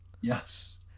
Yes